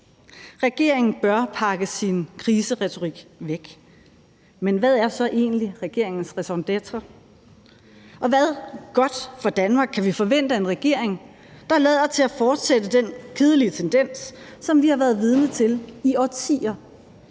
Regeringen bør pakke sin kriseretorik væk. Men hvad er så egentlig regeringens raison d'être? Og hvad godt for Danmark kan vi forvente af en regering, der lader til at fortsætte den kedelige tendens, som vi har været vidne til i årtier,